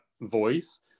voice